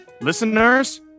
listeners